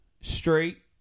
Straight